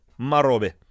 Marobe